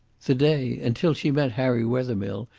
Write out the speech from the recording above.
the day, until she met harry wethermill,